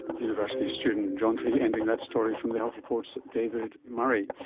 university student and jeanti ending that story from the health report's david murray.